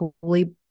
fully